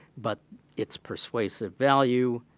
but its persuasive value,